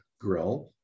grill